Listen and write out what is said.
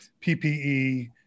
PPE